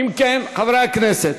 אם כן, חברי הכנסת,